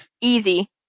Easy